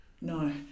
No